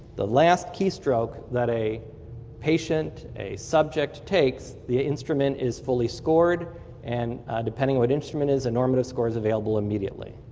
the last key stroke that a patient, a subject takes, the instrument is fully scored and depending what instrument is, normative score is available immediately.